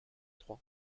trois